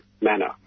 manner